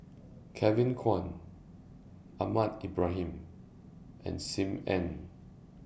Kevin Kwan Ahmad Ibrahim and SIM Ann